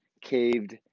Caved